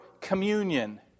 communion